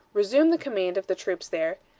resume the command of the troops there,